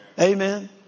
Amen